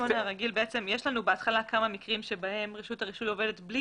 יש לנו בהתחלה כמה מקרים בהם רשות הרישוי עובדת בלי